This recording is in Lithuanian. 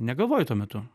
negalvoju tuo metu